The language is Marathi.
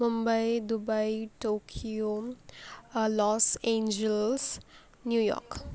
Mumbai Dubai Tokyo Los Angeles New York